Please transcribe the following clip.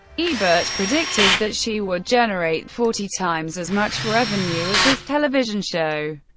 ebert predicted that she would generate forty times as much revenue as his television show,